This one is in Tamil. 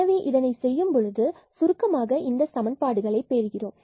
எனவே இதை செய்யும் பொழுது சுருக்கமாக இந்த சமன்பாடுகளை பெறுகிறோம்